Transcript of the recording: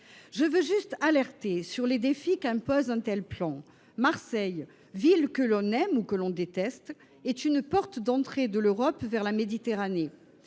J’alerte simplement sur les défis que pose un tel plan. Marseille, ville que l’on aime ou que l’on déteste, est une porte d’entrée de l’Europe depuis la Méditerranée.